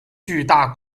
巨大